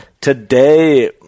today